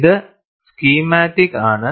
ഇത് സ്കീമാറ്റിക് ആണ്